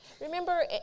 Remember